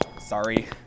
Sorry